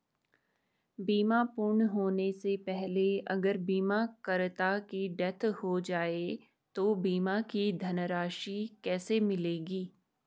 बीमा पूर्ण होने से पहले अगर बीमा करता की डेथ हो जाए तो बीमा की धनराशि किसे मिलेगी?